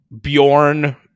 Bjorn